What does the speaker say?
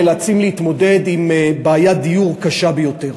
נאלצים להתמודד עם בעיית דיור קשה ביותר.